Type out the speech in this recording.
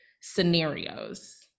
scenarios